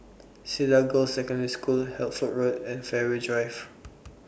Cedar Girls' Secondary School Hertford Road and Fairways Drive